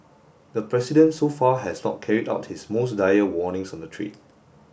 the president so far has not carried out his most dire warnings on the trade